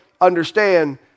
understand